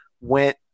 went